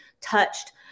touched